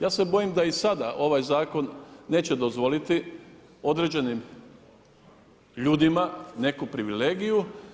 Ja se bojim da i sada ovaj zakon neće dozvoliti određenim ljudima neku privilegiju.